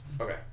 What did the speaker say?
Okay